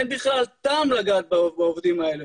אין בכלל טעם לגעת בעובדים האלה.